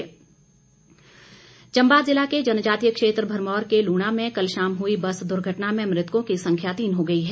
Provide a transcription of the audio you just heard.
चम्बा चम्बा जिला के जनजातीय क्षेत्र भरमौर के लूणा में कल शाम हुई बस दुर्घटना में मृतकों की संख्या तीन हो गई है